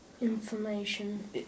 Information